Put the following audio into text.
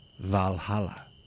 Valhalla